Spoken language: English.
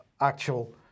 actual